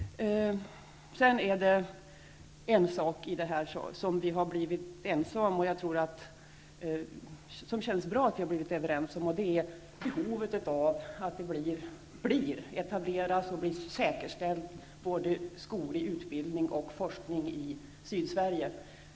Det känns bra att vi har blivit överens om behovet av att det etableras och blir säkerställt både skoglig utbildning och skoglig forskning i Sydsverige.